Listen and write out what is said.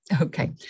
Okay